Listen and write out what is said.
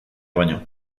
baino